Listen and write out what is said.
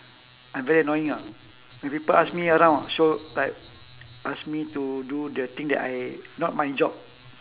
I'm very annoying ah when people ask me around show like ask me to do the thing that I not my job